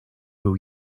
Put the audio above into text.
był